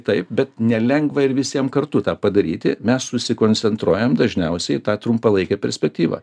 taip bet nelengva ir visiem kartu tą padaryti mes susikoncentruojam dažniausiai į tą trumpalaikę perspektyvą